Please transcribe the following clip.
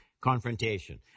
confrontation